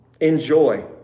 Enjoy